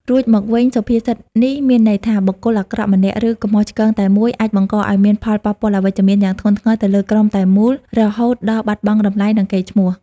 រួមមកវិញ សុភាសិតនេះមានន័យថា បុគ្គលអាក្រក់ម្នាក់ ឬកំហុសឆ្គងតែមួយ អាចបង្កឲ្យមានផលប៉ះពាល់អវិជ្ជមានយ៉ាងធ្ងន់ធ្ងរទៅលើក្រុមទាំងមូល រហូតដល់បាត់បង់តម្លៃ និងកេរ្តិ៍ឈ្មោះ។